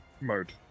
mode